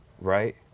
right